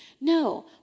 No